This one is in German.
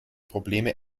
probleme